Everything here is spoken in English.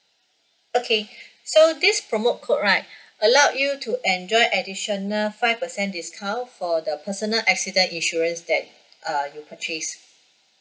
okay so this promo code right allowed you to enjoy additional five percent discount for the personal accident insurance that err you purchase